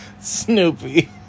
Snoopy